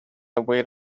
wait